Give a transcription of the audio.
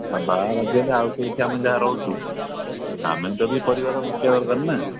ଆଉ ବାହାର ରାଜ୍ୟ ହେଲେ ଆଉ ତ ଆମେ ଯାହା ରହୁଛୁ ଆମେ ତ ବି ପରିବାର ବଞ୍ଚିବା ଦରକାର ନା